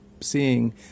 seeing